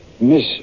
Miss